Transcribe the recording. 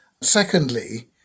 Secondly